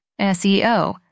SEO